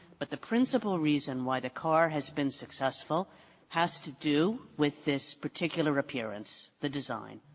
but the principal reason why the car has been successful has to do with this particular appearance, the design.